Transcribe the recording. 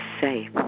safe